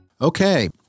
Okay